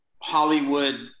Hollywood-